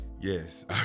yes